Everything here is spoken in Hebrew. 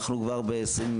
אנחנו כבר ב-2023,